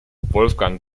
wolfgang